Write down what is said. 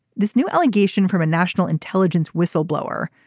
this new allegation from a national intelligence whistleblower.